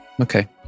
Okay